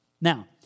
Now